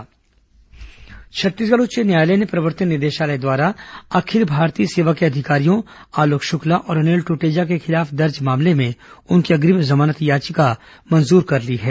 high court जमानत छत्तीसगढ़ उच्च न्यायालय ने प्रवर्तन निदेशालय द्वारा अखिल भारतीय सेवा के अधिकारियों आलोक शुक्ला और अनिल टटेजा के खिलाफ दर्ज मामले में उनकी अग्रिम जमानत याचिका मंजुर कर ली है